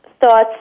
thoughts